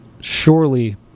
surely